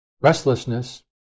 restlessness